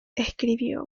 escribió